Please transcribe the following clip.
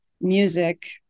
music